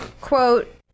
Quote